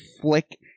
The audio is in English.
flick